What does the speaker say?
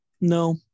No